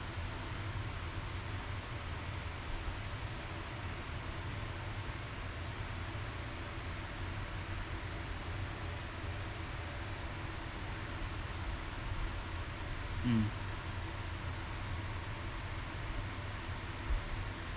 mm